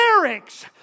lyrics